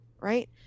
Right